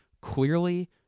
clearly